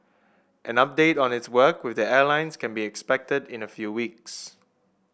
an update on its work with the airlines can be expected in a few weeks